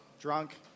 drunk